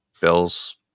Bill's